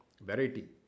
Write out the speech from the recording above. variety